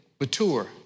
mature